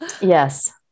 Yes